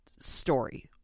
Story